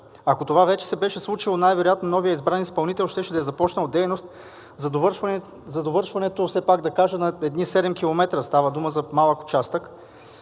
Ако това вече се беше случило, най-вероятно новият избран изпълнител щеше да е започнал дейност за довършването, все пак